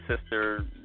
sister